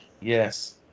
Yes